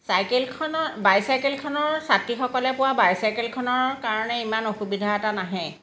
চাইকেলখনৰ বাইচাইকেলখনৰ ছাত্ৰীসকলে পোৱা বাই চাইকেলখনৰ কাৰণে ইমান অসুবিধা এটা নাহে